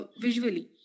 visually